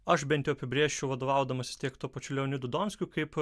aš bent jau apibrėžčiau vadovaudamasis tiek tuo pačiu leonidu donskiu kaip